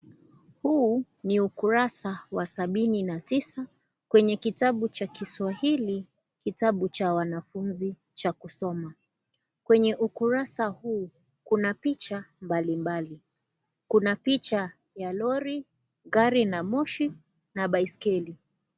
Huu ni ukurasa wa sabini na tisa, kwenye kitabu cha kiswahili kitabu cha wanafunzi cha kusoma. Kwenye ukurasa huu, kuna picha mbalimbali. Kuna picha ya lori, gari la moshi na baiskeli.